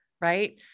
Right